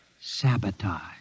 Sabotage